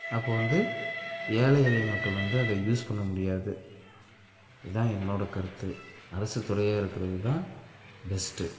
அப்போ வந்து ஏழை எளிய மக்கள் வந்து அதை யூஸ் பண்ண முடியாது இதுதான் என்னோடய கருத்து அரசுத் துறையாக இருக்கிறது தான் பெஸ்ட்டு